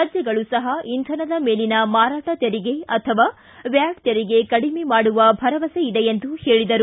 ರಾಜ್ಯಗಳು ಸಹ ಇಂಧನದ ಮೇಲಿನ ಮಾರಾಟ ತೆರಿಗೆ ಅಥವಾ ವ್ಯಾಟ್ ತೆರಿಗೆ ಕಡಿಮೆ ಮಾಡುವ ಭರವಸೆ ಇದೆ ಎಂದು ಹೇಳಿದರು